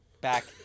Back